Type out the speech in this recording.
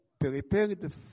prepared